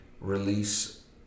release